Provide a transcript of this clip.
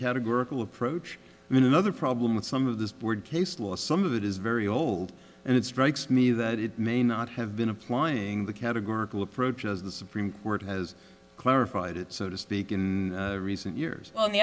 categorical approach in another problem with some of this board case law some of it is very old and it strikes me that it may not have been applying the categorical approach as the supreme court has clarified it so to speak in recent years on the